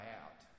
out